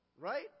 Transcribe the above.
right